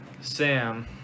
Sam